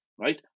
right